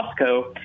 Costco